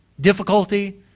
difficulty